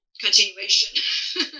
continuation